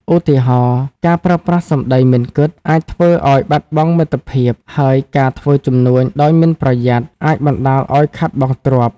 ឧទាហរណ៍៖ ការប្រើប្រាស់សម្ដីមិនគិត អាចធ្វើឲ្យបាត់បង់មិត្តភក្តិ ហើយការធ្វើជំនួញដោយមិនប្រយ័ត្ន អាចបណ្ដាលឲ្យខាតបង់ទ្រព្យ។